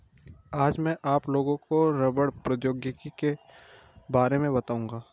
आज मैं आप लोगों को रबड़ प्रौद्योगिकी के बारे में बताउंगा